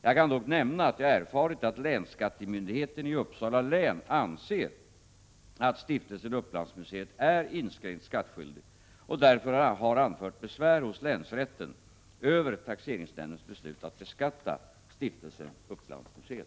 Jag kan dock nämna att jag erfarit att länsskattemyndigheten i Uppsala län anser att Stiftelsen Upplandsmuseet är inskränkt skattskyldig och därför har anfört besvär hos länsrätten över taxeringsnämndens beslut att beskatta Stiftelsen Upplandsmuseet.